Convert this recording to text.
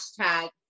hashtag